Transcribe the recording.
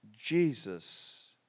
Jesus